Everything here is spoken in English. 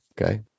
okay